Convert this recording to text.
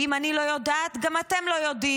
ואם אני לא יודעת גם אתם לא יודעים.